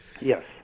Yes